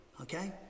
Okay